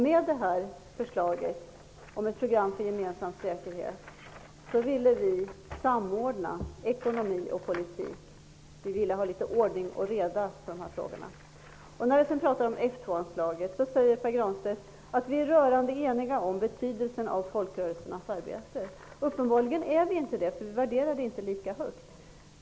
Med förslaget om ett program för gemensam säkerhet vill vi samordna ekonomi och politik. Vi vill ha lite ordning och reda på dessa frågor. Vid tal om F 2-anslaget säger Pär Granstedt att vi är rörande eniga om betydelsen av folkrörelsernas arbete. Men uppenbarligen är vi inte det. Vi värderar det inte lika högt.